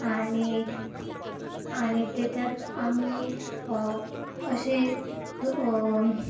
आणि आणि त्याच्यात आम्ही असे तो